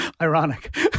Ironic